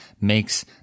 makes